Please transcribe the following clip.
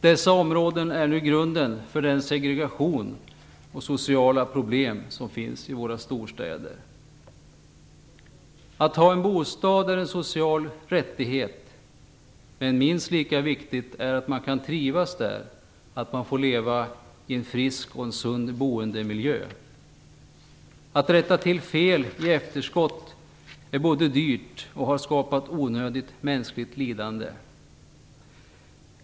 Dessa områden är nu grunden för den segregation och de sociala problem som finns i våra storstäder. Att ha en bostad är en social rättighet. Men det är minst lika viktigt att man kan trivas där, att man får leva i en frisk och sund boendemiljö. Att rätta till fel i efterskott är dyrt, samtidigt som det har skapat onödigt mänskligt lidande.